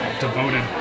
devoted